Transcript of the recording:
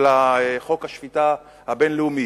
של חוק השפיטה הבין-לאומי,